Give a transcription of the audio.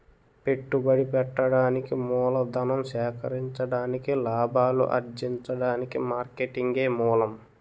పెట్టుబడి పెట్టడానికి మూలధనం సేకరించడానికి లాభాలు అర్జించడానికి మార్కెటింగే మూలం